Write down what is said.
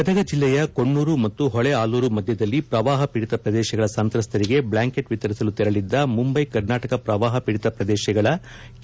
ಗದಗ ಜಿಲ್ಲೆಯ ಕೊಣ್ಣೂರು ಮತ್ತು ಹೊಳೆ ಆಲೂರು ಮಧ್ಯದಲ್ಲಿ ಪ್ರವಾಹ ಪೀಡಿತ ಪ್ರದೇಶಗಳ ಸಂತ್ರಸ್ಥರಿಗೆ ಬ್ಲಾಂಕೆಟ್ ವಿತರಿಸಲು ತೆರಳಿದ್ದ ಮುಂಬೈ ಕರ್ನಾಟಕ ಪ್ರವಾಪ ಪೀಡಿತ ಪ್ರದೇಶಗಳ ಕೆ